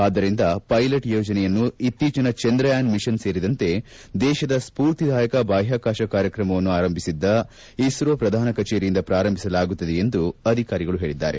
ಆದ್ದರಿಂದ ಪ್ಸೆಲಟ್ ಯೋಜನೆಯನ್ನು ಇತ್ತೀಚಿನ ಚಂದ್ರಯಾನ್ ಮಿಷನ್ ಸೇರಿದಂತೆ ದೇಶದ ಸ್ಪೂರ್ತಿದಾಯಕ ಬಾಹ್ಲಾಕಾಶ ಕಾರ್ಯಕ್ರಮವನ್ನು ಆರಂಭಿಸಿದ್ದ ಇಸ್ತೋ ಪ್ರಧಾನ ಕಚೇರಿಯಂದ ಪಾರಂಭಿಸಲಾಗುತ್ತದೆ ಎಂದು ಅಧಿಕಾರಿ ಹೇಳಿದರು